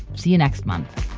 see you next month